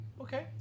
Okay